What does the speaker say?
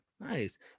Nice